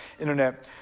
internet